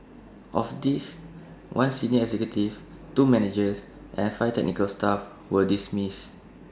of these one senior executive two managers and five technical staff were dismissed